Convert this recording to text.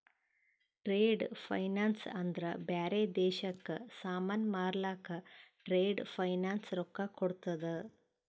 trade finance ಅಂದ್ರ ಬ್ಯಾರೆ ದೇಶಕ್ಕ ಸಾಮಾನ್ ಮಾರ್ಲಕ್ ಟ್ರೇಡ್ ಫೈನಾನ್ಸ್ ರೊಕ್ಕಾ ಕೋಡ್ತುದ್